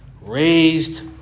Raised